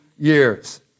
years